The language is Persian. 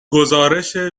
گزارش